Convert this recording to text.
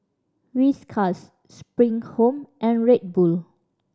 Whiskas Spring Home and Red Bull